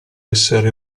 essere